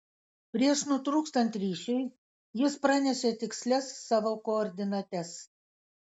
prieš nutrūkstant ryšiui jis pranešė tikslias savo koordinates